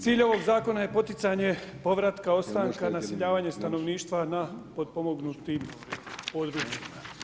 Cilj ovog zakona je poticanje povratka ostanka, naseljavanje stanovništva na potpomognutim područjima.